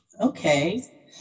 Okay